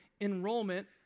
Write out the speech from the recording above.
enrollment